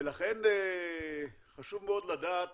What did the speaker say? לכן חשוב מאוד לדעת